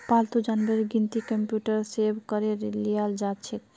पालतू जानवरेर गिनती कंप्यूटरत सेभ करे लियाल जाछेक